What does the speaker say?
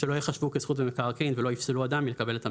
שלא יחשבו כזכות במקרקעין ולא יפסלו אדם ומלקבל את המענק.